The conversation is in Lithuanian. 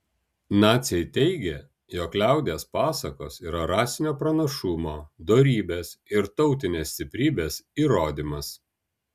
naciai teigė jog liaudies pasakos yra rasinio pranašumo dorybės ir tautinės stiprybės įrodymas